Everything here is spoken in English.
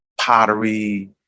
pottery